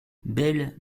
belle